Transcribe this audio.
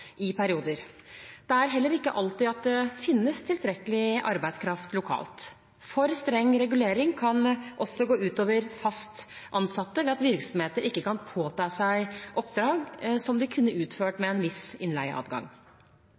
i perioder. Det er heller ikke alltid at det finnes tilstrekkelig arbeidskraft lokalt. For streng regulering kan også gå ut over fast ansatte, ved at virksomheter ikke kan påta seg oppdrag som de kunne utført med en viss innleieadgang.